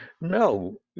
No